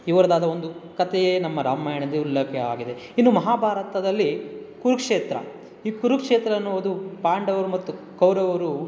ಇವರದಾದ ಒಂದು ಕಥೆಯೇ ನಮ್ಮ ರಾಮಾಯಣದ ಉಲ್ಲೇಖ ಆಗಿದೆ ಇನ್ನು ಮಹಾಭಾರತದಲ್ಲಿ ಕುರುಕ್ಷೇತ್ರ ಈ ಕುರುಕ್ಷೇತ್ರ ಅನ್ನುವುದು ಪಾಂಡವರು ಮತ್ತು ಕೌರವರು